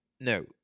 no